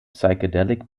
psychedelic